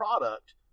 product